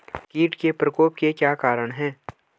कीट के प्रकोप के क्या कारण हैं?